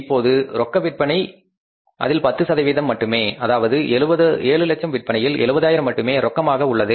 இப்போது ரொக்க விற்பனை இதில் 10 சதவிகிதம் மட்டுமே அதாவது 700000 விற்பனையில் 70000 மட்டுமே ரொக்கமாக உள்ளது